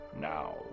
now